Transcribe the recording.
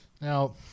Now